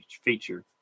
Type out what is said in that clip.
feature